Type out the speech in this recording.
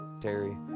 Terry